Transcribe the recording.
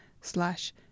slash